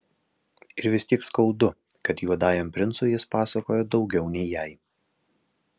ir vis tiek skaudu kad juodajam princui jis pasakoja daugiau nei jai